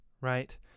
right